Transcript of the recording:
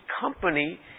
company